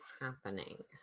happening